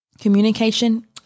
communication